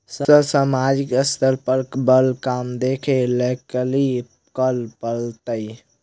Sir सामाजिक स्तर पर बर काम देख लैलकी करऽ परतै?